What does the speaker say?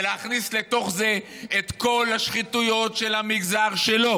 ולהכניס לתוך זה את כל השחיתויות של המגזר שלו,